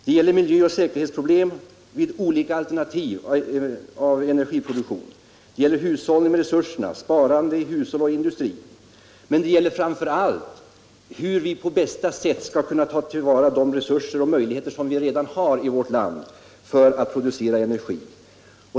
Det gäller miljöoch säkerhetsproblem vid olika slags energiproduktion, det gäller hushållning med resurser, sparande i hushåll och industri, men det gäller framför allt hur vi på bästa sätt skall kunna ta till vara de resurser och möjligheter som vi redan har i vårt land för att producera energi.